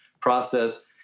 process